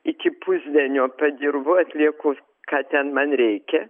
iki pusdienio padirbu atlieku ką ten man reikia